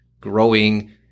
growing